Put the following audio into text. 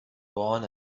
born